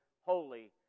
holy